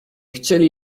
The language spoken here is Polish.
chcieli